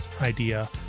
idea